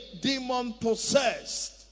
demon-possessed